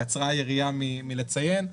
קצרה היריעה מלציין,